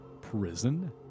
prison